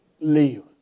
live